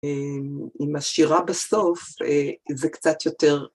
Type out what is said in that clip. עם השירה בסוף זה קצת יותר...